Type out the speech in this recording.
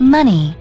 Money